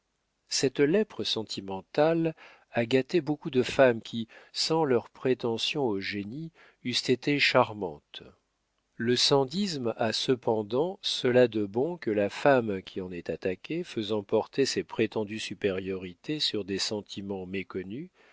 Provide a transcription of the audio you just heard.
cette lèpre sentimentale a gâté beaucoup de femmes qui sans leurs prétentions au génie eussent été charmantes le sandisme a cependant cela de bon que la femme qui en est attaquée faisant porter ses prétendues supériorités sur des sentiments méconnus